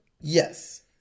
yes